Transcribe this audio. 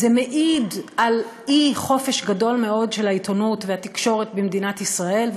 זה מעיד על אי-חופש גדול מאוד של העיתונות והתקשורת במדינת ישראל.